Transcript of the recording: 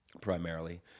primarily